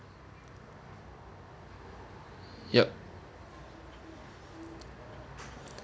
yup